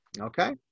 okay